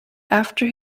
after